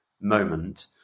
moment